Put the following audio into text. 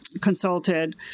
consulted